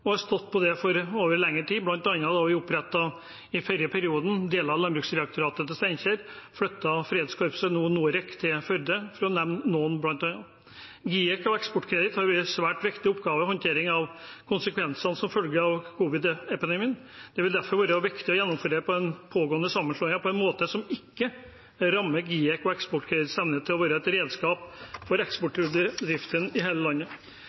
og har stått på det over lengre tid, bl.a. da vi i forrige periode opprettet deler av Landbruksdirektoratet til Steinkjer, flyttet Fredskorpset, nå Norec, til Førde, for å nevne noen. GIEK og Eksportkreditt har hatt svært viktige oppgaver i håndtering av konsekvensene av covid-19-pandemien. Det vil derfor være viktig å gjennomføre den pågående sammenslåingen på en måte som ikke rammer GIEK og Eksportkreditts evne til å være et redskap for eksportbedrifter i hele landet.